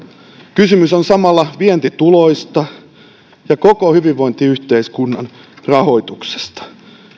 kysymys on samalla vientituloista ja koko hyvinvointiyhteiskunnan rahoituksesta